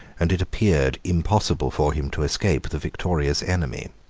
and it appeared impossible for him to escape the victorious enemy.